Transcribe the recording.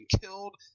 killed